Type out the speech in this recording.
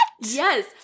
yes